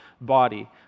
body